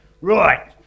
Right